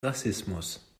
rassismus